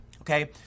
Okay